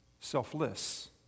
selfless